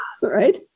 Right